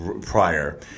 prior